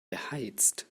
beheizt